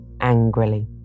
angrily